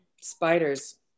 spiders